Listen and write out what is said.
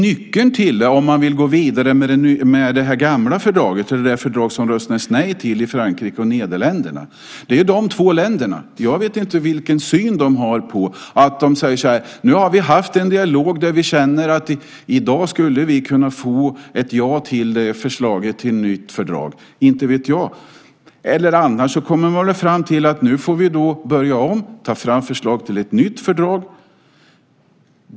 Nyckeln till det, om man ska gå vidare med det gamla fördraget, det fördrag som det röstades nej till i Frankrike och Nederländerna, är de två länderna. Jag vet inte vilken syn de har. De säger: Nu har vi haft en dialog där vi känner att vi i dag skulle kunna få ett ja till förslaget till nytt fördrag. Inte vet jag. Annars kommer man väl fram till att vi nu får börja om och ta fram förslag till ett nytt fördrag.